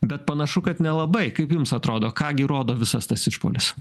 bet panašu kad nelabai kaip jums atrodo ką gi rodo visas tas išpuolis